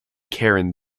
karen